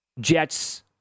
Jets